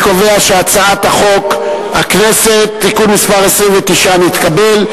אני קובע שחוק הכנסת (תיקון מס' 29) נתקבל.